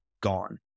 gone